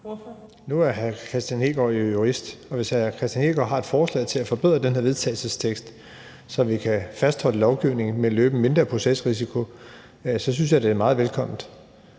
Nu er hr. Kristian Hegaard jo jurist, og hvis hr. Kristian Hegaard har et forslag til at forbedre den her vedtagelsestekst, så vi kan fastholde lovgivningen, men løbe en mindre procesrisiko, synes jeg, det er meget velkomment.